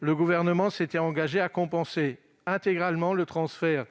le Gouvernement s'était engagé à compenser intégralement le transfert